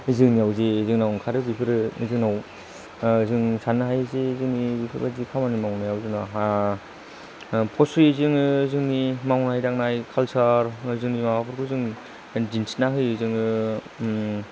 जोंनियाव जे जोंनाव ओंखारो बेफोरो जोंनाव जों साननो हायो जे जोंनि बेफोरबायदि खामानि मावनायाव जोंनाहा फसायो जोङो जोंनि मावनाय दांनाय काल्सार जोंनि माबाफोरखौ जों दिन्थिना होयो जोङो